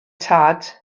tad